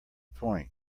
point